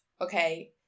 okay